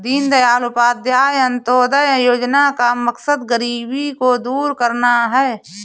दीनदयाल उपाध्याय अंत्योदय योजना का मकसद गरीबी को दूर करना है